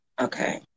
Okay